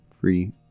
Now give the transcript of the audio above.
free